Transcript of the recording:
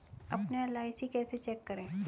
अपना एल.आई.सी कैसे चेक करें?